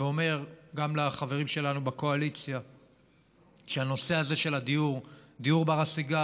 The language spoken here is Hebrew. ואומר גם לחברים שלנו בקואליציה שהנושא הזה של דיור בר-השגה,